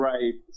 Right